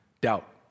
doubt